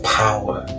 power